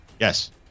yes